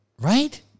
Right